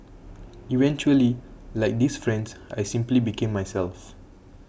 eventually like these friends I simply became myself